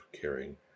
caring